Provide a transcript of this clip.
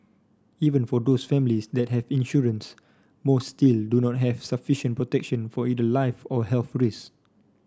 even for those families that have insurance most still do not have sufficient protection for either life or health